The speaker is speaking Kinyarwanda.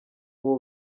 ubu